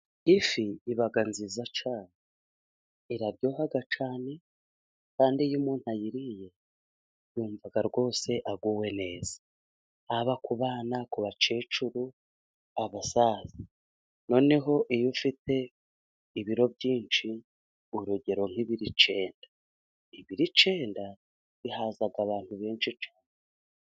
Ifi iba nziza cyane, iraryoha cyane, kandi iyo umuntu ayiriye yumva rwose aguwe neza, haba ku bana, ku bakecuru, abasaza. Noneho iyo ufite ibiro byinshi; urugero nk'ibiro icyenda bihaza abantu benshi cyane.